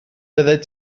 byddet